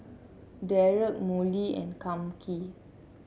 Derrek Molly and Kami